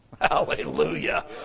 Hallelujah